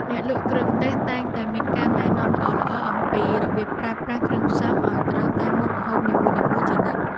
អ្នកលក់គ្រឿងទេសតែងតែមានការណែនាំល្អៗអំពីរបៀបប្រើប្រាស់គ្រឿងផ្សំឱ្យត្រូវតាមមុខម្ហូបនីមួយៗជានិច្ច។